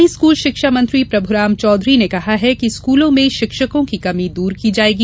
वहीं स्कूल शिक्षा मंत्री प्रभुराम चौधरी ने कहा है कि स्कूलों में शिक्षकों की कमी दूर की जायेगी